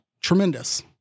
Tremendous